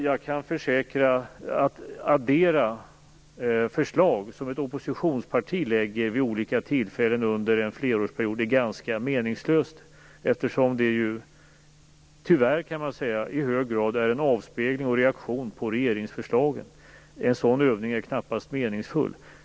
Jag kan försäkra att det är ganska meningslöst att addera förslag som ett oppositionsparti lägger fram vid olika tillfällen under en flerårsperiod, eftersom de, tyvärr kan man säga, i hög grad är en avspegling och en reaktion på regeringsförslagen. En sådan övning är knappast meningsfull.